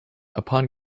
upon